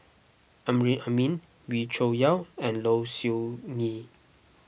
Amrin Amin Wee Cho Yaw and Low Siew Nghee